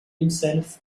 himself